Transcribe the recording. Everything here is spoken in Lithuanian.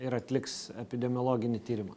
ir atliks epidemiologinį tyrimą